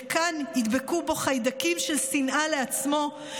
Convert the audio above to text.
וכאן ידבקו פה חיידקים של שנאה לעצמו,